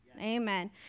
Amen